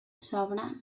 sobre